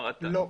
לא.